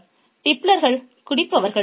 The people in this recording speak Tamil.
" டிப்லர்கள் குடிப்பவர்கள்